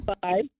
Bye